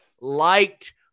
liked